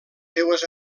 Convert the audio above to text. seues